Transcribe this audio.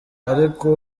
ariko